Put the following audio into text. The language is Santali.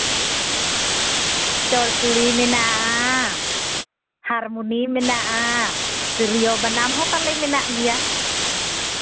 ᱪᱚᱲᱪᱩᱲᱤ ᱢᱮᱱᱟᱜᱼᱟ ᱦᱟᱨᱢᱚᱱᱤ ᱢᱮᱱᱟᱜᱼᱟ ᱛᱤᱨᱭᱳ ᱵᱟᱱᱟᱢ ᱦᱚᱸ ᱛᱟᱞᱮ ᱢᱮᱱᱟᱜ ᱜᱮᱭᱟ